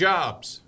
Jobs